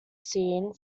scene